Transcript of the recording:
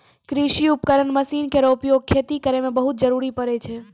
कृषि उपकरण मसीन केरो उपयोग खेती करै मे बहुत जरूरी परै छै